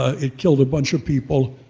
ah it killed a bunch of people.